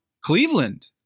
Cleveland